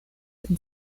and